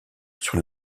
sur